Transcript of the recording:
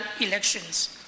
elections